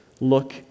look